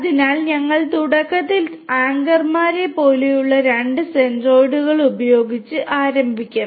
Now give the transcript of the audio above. അതിനാൽ ഞങ്ങൾ തുടക്കത്തിൽ ആങ്കർമാരെപ്പോലെയുള്ള രണ്ട് സെൻട്രോയിഡുകൾ ഉപയോഗിച്ച് ആരംഭിക്കും